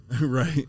Right